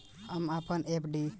हम आपन एफ.डी बंद करना चाहत बानी